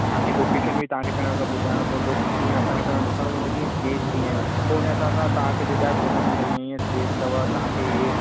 तव्हां खे लोकेशन बि तव्हां खे पहिरों त ॿुधाइणो पवंदो कि कीअं आहे असां खे पहिरों ॾिसणो पवंदो कि स्पेस कीअं आहे पोइ हुन जे हिसाब सां तव्हां खे ॿुधाए था सघऊं ॾिसो हीअं हीअं स्पेस अथव तव्हां हीअ